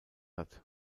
hat